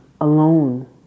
alone